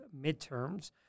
midterms